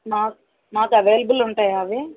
నాకు నాకు అవైలబుల్ ఉంటాయా అవి